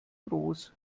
groß